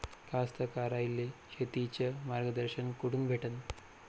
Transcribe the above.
कास्तकाराइले शेतीचं मार्गदर्शन कुठून भेटन?